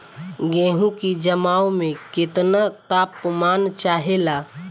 गेहू की जमाव में केतना तापमान चाहेला?